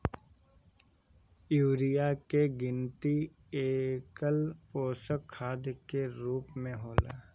urea के गिनती एकल पोषक खाद के रूप में होला